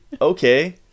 Okay